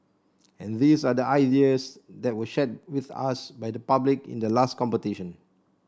and these are the ideas that were shared with us by the public in the last competition